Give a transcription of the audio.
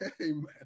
Amen